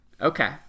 Okay